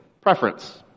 Preference